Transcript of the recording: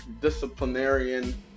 disciplinarian